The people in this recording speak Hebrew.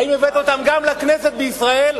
האם הבאתם גם אותם לכנסת בישראל?